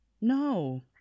No